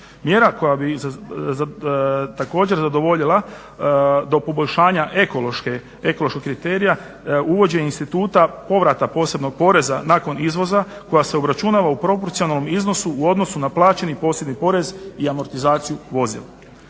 Mjera koja bi također zadovoljila do poboljšanja ekološkog kriterija uvođenje instituta povrata posebnog poreza nakon izvoza koja se obračunava u proporcionalnom iznosu u odnosu na plaćeni posebni porez i amortizaciju vozila.